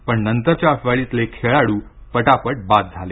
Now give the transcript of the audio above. पण नंतरच्या फळीतले खेळाडू पटापट बाद झाले